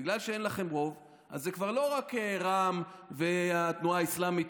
בגלל שאין לכם רוב אז זה כבר לא רק רע"מ והתנועה האסלאמית,